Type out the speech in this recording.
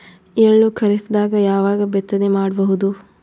ಎಳ್ಳು ಖರೀಪದಾಗ ಯಾವಗ ಬಿತ್ತನೆ ಮಾಡಬಹುದು?